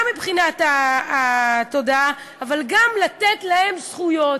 גם מבחינת התודעה, אבל גם לתת להם זכויות,